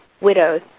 widows